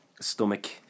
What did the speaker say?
stomach